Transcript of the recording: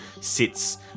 sits